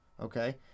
Okay